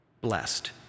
blessed